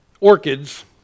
orchids